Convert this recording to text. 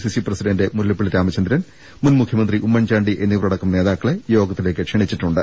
CC president Mullappally Ramachandran മുൻമുഖ്യ മന്ത്രി ഉമ്മൻചാണ്ടി എന്നിവരടക്കം നേതാക്കളെ യോഗത്തിലേക്ക് ക്ഷണിച്ചിട്ടുണ്ട്